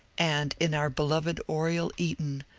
and in our beloved oriel eaton,